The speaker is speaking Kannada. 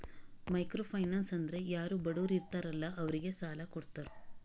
ಮೈಕ್ರೋ ಫೈನಾನ್ಸ್ ಅಂದುರ್ ಯಾರು ಬಡುರ್ ಇರ್ತಾರ ಅಲ್ಲಾ ಅವ್ರಿಗ ಸಾಲ ಕೊಡ್ತಾರ್